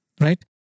right